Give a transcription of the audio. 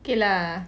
okay lah